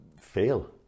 fail